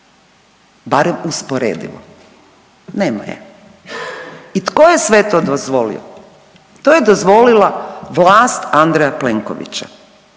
Barem usporedivo. Nema je. I tko je sve to dozvolio? To je dozvolila vlast Andreja Plenkovića